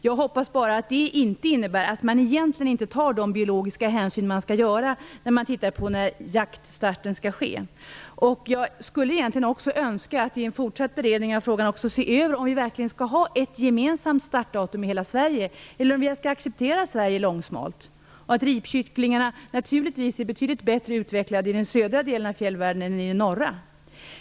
Jag hoppas bara att det inte innebär att man inte tar erforderliga biologiska hänsyn när man tittar på när jaktstarten skall ske. Egentligen önskar jag att vi i en fortsatt beredning av frågan också ser över om vi verkligen skall ha ett gemensamt startdatum i hela Sverige eller om vi skall acceptera att Sverige är långsmalt och att ripkycklingarna naturligtvis är betydligt bättre utvecklade i den södra delen av fjällvärlden än i den norra.